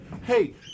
hey